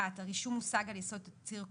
הרישום הושג על יסוד תצהיר כוזב,